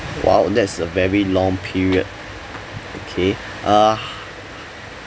!wow! that's a very long period okay uh